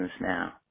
now